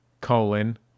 colon